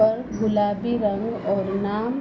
पर गुलाबी रंग और नाप